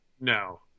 No